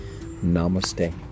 namaste